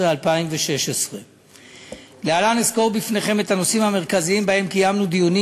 2015 2016. להלן אסקור בפניכם את הנושאים המרכזיים שבהם קיימנו דיונים.